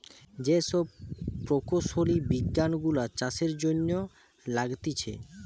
যে সব প্রকৌশলী বিজ্ঞান গুলা চাষের জন্য লাগতিছে